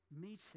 meeting